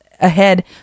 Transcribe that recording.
ahead